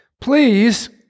please